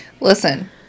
Listen